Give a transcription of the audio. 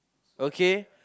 okay